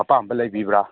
ꯑꯄꯥꯝꯕ ꯂꯩꯕꯤꯕ꯭ꯔꯥ